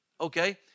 Okay